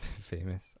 famous